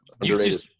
Underrated